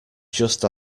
just